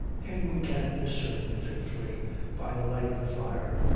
him we can discern fitfully by the light of the fire.